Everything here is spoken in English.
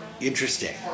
interesting